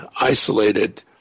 isolated